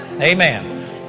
Amen